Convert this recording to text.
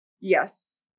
Yes